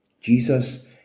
Jesus